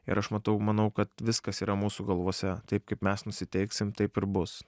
ir aš matau manau kad viskas yra mūsų galvose taip kaip mes nusiteiksim taip ir bus